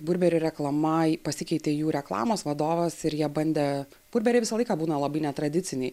burberi reklama pasikeitė jų reklamos vadovas ir jie bandė burberi visą laiką būna labai netradiciniai